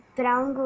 brown